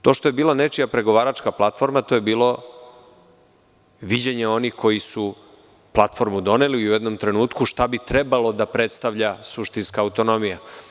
To što je bila nečija pregovaračka platforma, to je bilo viđenje onih koji su platformu doneli i u jednom trenutku šta bi trebalo da predstavlja suštinska autonomija.